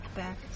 back